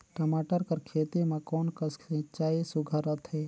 टमाटर कर खेती म कोन कस सिंचाई सुघ्घर रथे?